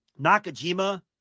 Nakajima